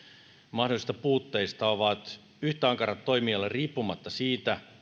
mahdollisista puutteista ovat yhtä ankarat toimijalle riippumatta siitä